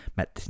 met